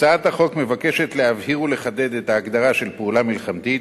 הצעת החוק מבקשת להבהיר ולחדד את ההגדרה של "פעולה מלחמתית"